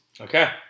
Okay